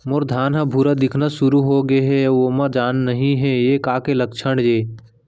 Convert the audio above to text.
मोर धान ह भूरा दिखना शुरू होगे हे अऊ ओमा जान नही हे ये का के लक्षण ये?